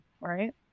right